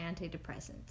antidepressants